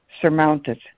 surmounted